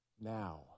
now